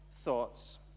thoughts